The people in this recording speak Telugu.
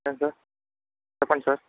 ఏంటి సార్ చెప్పండి సార్